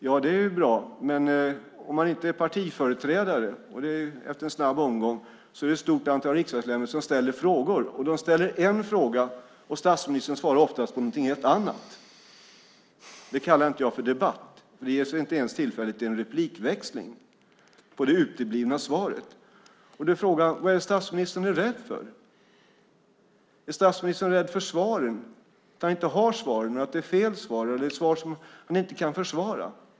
Ja, det är bra, men efter en snabb omgång med partiföreträdarna är det ett stort antal riksdagsledamöter som ställer frågor. De ställer en fråga, och statsministern svarar oftast på någonting helt annat. Det kallar inte jag debatt. Det ges inte ens tillfälle till en replikväxling på det uteblivna svaret. Då är frågan: Vad är det statsministern är rädd för? Är statsministern rädd för svaren, att han inte har svaren, att det är fel svar eller att det är svar som han inte kan försvara?